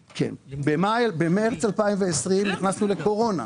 במרס 2020 נכנסנו לקורונה.